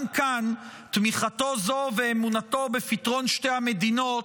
גם כאן, תמיכתו זו ואמונתו בפתרון שתי המדינות,